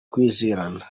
kwizerana